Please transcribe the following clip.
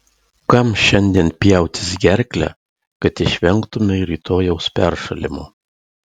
kam šiandien pjautis gerklę kad išvengtumei rytojaus peršalimo